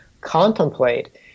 contemplate